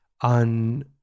on